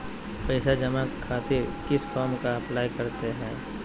पैसा जमा खातिर किस फॉर्म का अप्लाई करते हैं?